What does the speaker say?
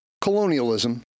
Colonialism